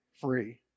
free